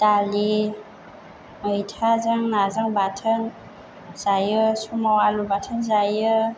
दालि मैथाजों नाजों बाथोन जायो समाव आलु बाथोन जायो